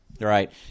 Right